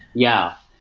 yeah.